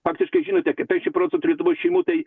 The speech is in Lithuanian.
faktiškai žinote kad penkiasdešim procentų turėtų būt šeimų tai